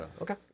okay